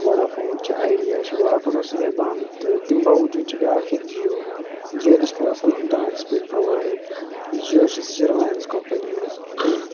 Voda phone چھِ Idea چھِ Vodafone اوس سُہ گٔے بنٛد تہٕ تَمہِ باؤجوٗد چھِ بیٛاکھ ییٚتہِ جِیو جِیو تہِ چھِ کَران اَصٕل اِنٹَرنیٚٹ سُپیٖڈ پرٛووایڈ یُس جیو چھِ سُہ چھِ رِلایَنٕس کَمپٔنی ہٕنٛز